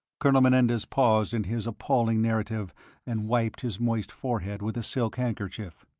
colonel menendez paused in his appalling narrative and wiped his moist forehead with a silk handkerchief.